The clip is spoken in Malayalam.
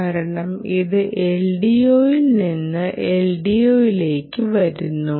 കാരണം ഇത് LDOയിൽ നിന്ന് LDOയിലേക്ക് വരുന്നു